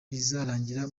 bizarangira